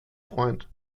freund